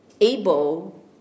able